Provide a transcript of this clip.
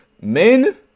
Men